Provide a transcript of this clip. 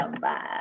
Bye